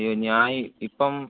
അയ്യോ ഞാന് ഇപ്പോള്